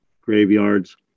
graveyards